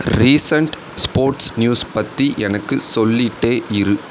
recent sports news பற்றி எனக்கு சொல்லிகிட்டே இரு